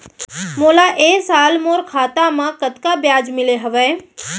मोला ए साल मोर खाता म कतका ब्याज मिले हवये?